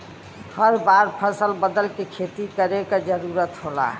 हर बार फसल बदल के खेती करे क जरुरत होला